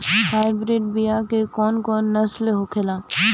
Hybrid बीया के कौन कौन नस्ल होखेला?